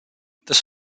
this